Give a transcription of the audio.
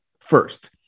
first